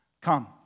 Come